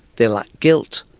they lack guilt,